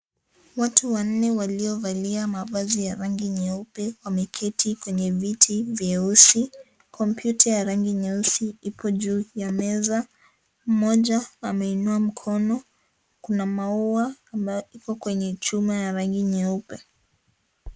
Watu wanne waliovalia mavazi ya rangi nyeupe. Wameketi kwenye viti vyeusi. Kompyuta ya rangi nyeusi ipo juu ya meza. Mmoja ameinua mkono. Kuna maua ambayo iko kwenye chuma ya rangi nyeupe.